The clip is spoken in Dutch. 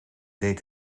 deed